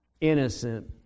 innocent